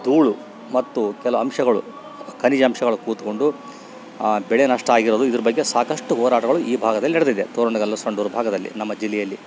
ಧೂಳು ಮತ್ತು ಕೆಲ ಅಂಶಗಳು ಖನಿಜಾಂಶಗಳು ಕೂತ್ಕೊಂಡು ಬೆಳೆ ನಷ್ಟ ಆಗಿರೋದು ಇದರ ಬಗ್ಗೆ ಸಾಕಷ್ಟು ಹೋರಾಟಗಳು ಈ ಭಾಗದಲ್ಲಿ ನಡ್ದಿದೆ ತೋರಣಗಲ್ಲು ಸಂಡೂರು ಭಾಗದಲ್ಲಿ ನಮ್ಮ ಜಿಲ್ಲೆಯಲ್ಲಿ